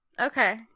okay